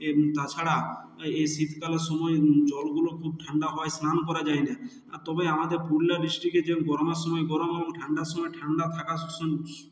এ তাছাড়া এই শীতকালের সময় জলগুলো খুব ঠান্ডা হয় স্নান করা যায় না আর তবে আমাদের পুরুলিয়া ডিস্ট্রিকের যে গরমের সময় গরম এবং ঠান্ডার সময় ঠান্ডা থাকা স